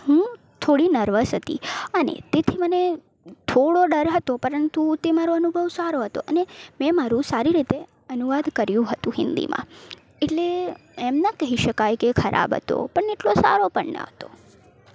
હું થોડી નર્વસ હતી અને તેથી મને થોડો ડર હતો પરંતુ તે મારો અનુભવ સારો હતો અને મેં મારું સારી રીતે અનુવાદ કર્યું હતું હિન્દીમાં એટલે એમ ન કહી શકાય કે ખરાબ હતો પણ એટલો સારો પણ ન હતો